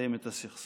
לסיים את הסכסוך.